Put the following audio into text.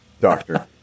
doctor